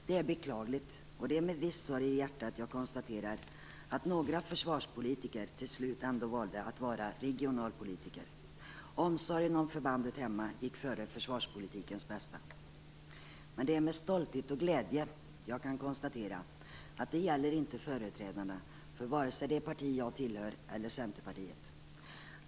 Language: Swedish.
Det är beklagligt och det är med viss sorg i hjärtat som jag konstaterar att några försvarspolitiker till slut ändå valde att vara regionalpolitiker. Omsorgen om förbandet hemma gick före försvarspolitikens bästa. Det är dock med stolthet och glädje som jag kan konstatera att det inte gäller företrädarna för vare sig det parti som jag tillhör eller för Centerpartiet.